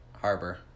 harbor